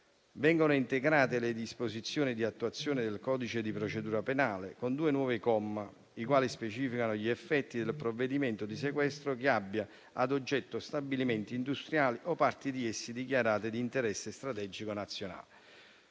Vengono integrate le disposizioni di attuazione del codice di procedura penale con due nuovi commi, i quali specificano gli effetti del provvedimento di sequestro che abbia ad oggetto stabilimenti industriali o parti di essi dichiarate d'interesse strategico nazionale.